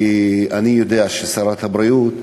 כי אני יודע ששרת הבריאות,